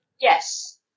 Yes